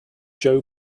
joe